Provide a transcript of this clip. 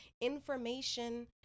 information